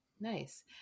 Nice